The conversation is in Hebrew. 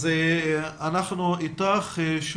אנחנו איתך בדיווח,